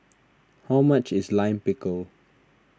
how much is Lime Pickle